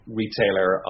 retailer